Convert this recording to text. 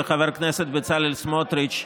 וחבר הכנסת בצלאל סמוטריץ'.